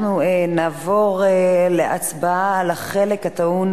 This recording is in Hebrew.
אנחנו נעבור להצבעה על החלק הטעון